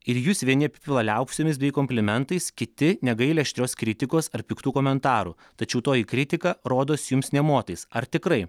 ir jus vieni apipila liaupsėmis bei komplimentais kiti negaili aštrios kritikos ar piktų komentarų tačiau toji kritika rodos jums nė motais ar tikrai